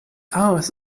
aus